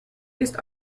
ist